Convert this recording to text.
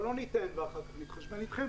אבל לא ניתן ואחר כך נתחשבן אתכם.